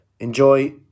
Enjoy